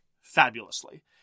fabulously